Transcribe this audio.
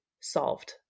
solved